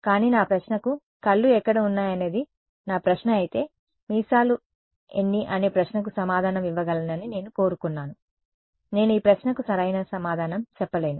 కానీ నా ప్రశ్నకు కళ్ళు ఎక్కడ ఉన్నాయనేది నా ప్రశ్న అయితే మీసాలు ఎన్ని అనే ప్రశ్నకు సమాధానం ఇవ్వగలనని నేను కోరుకున్నాను నేను ఈ ప్రశ్నకు సరైన సమాధానం చెప్పలేను